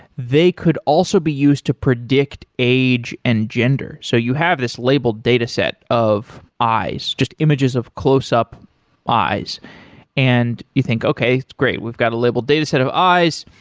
they could also be used to predict age and gender. so you have this labeled dataset of eyes, just images of close up eyes and you think, okay. great. we've got a labeled dataset of eyes.